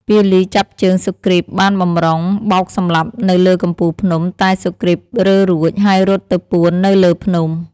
ពាលីចាប់ជើងសុគ្រីពបានបម្រុង បោកសម្លាប់នៅលើកំពូលភ្នំតែសុគ្រីពរើរួច ហើយរត់ទៅពួននៅលើភ្នំ ។